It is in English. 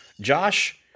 Josh